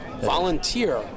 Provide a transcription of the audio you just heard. Volunteer